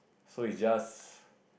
so it's just